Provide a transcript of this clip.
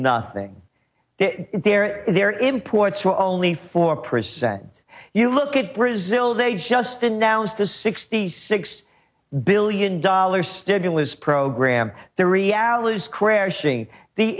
nothing there their imports were only four percent you look at brazil they just announced a sixty six billion dollars stimulus program the reality is crashing the